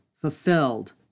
fulfilled